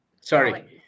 Sorry